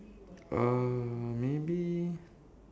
uh maybe